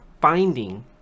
finding